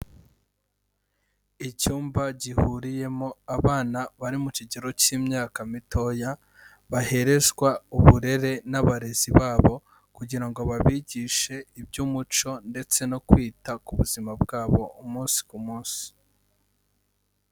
Icyumba gihuriyemo abana bari mu kigero cy'imyaka mitoya baherezwa uburere n'abarezi babo kugira ngo babigishe iby'umuco ndetse no kwita ku buzima bwabo, umunsi ku munsi.